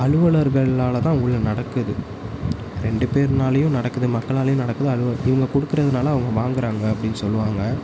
அலுவலர்கள்லால் தான் ஊழல் நடக்குது ரெண்டு பேரினாலையும் நடக்குது மக்களாலையும் நடக்குது அலுவலர் இவங்க கொடுக்கறதுனால அவங்க வாங்குகிறாங்க அப்படின்னு சொல்லுவாங்க